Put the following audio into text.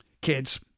kids